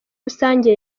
rusange